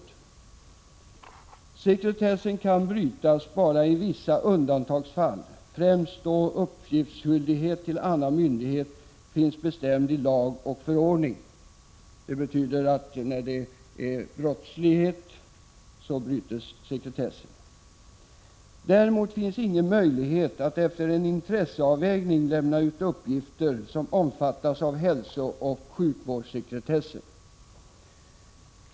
——— Sekretessen kan brytas bara i vissa undantagsfall, främst då uppgiftsskyldighet till annan myndighet finns bestämd i lag eller förordning.” Det betyder att sekretessen bryts när det är fråga om brottslighet. Utskottet skriver vidare: ”Däremot finns ingen möjlighet att efter en intresseavvägning lämna ut uppgifter som omfattas av hälsooch sjukvårdssekretessen.